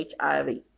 HIV